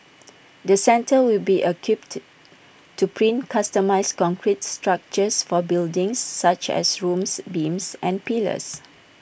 the centre will be equipped to print customised concrete structures for buildings such as rooms beams and pillars